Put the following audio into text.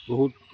বহুত